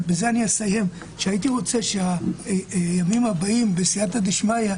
הייתי רוצה שהימים הבאים בסיעתא דשמיא,